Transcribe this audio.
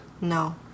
No